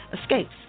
escapes